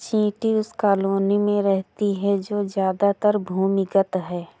चींटी उस कॉलोनी में रहती है जो ज्यादातर भूमिगत है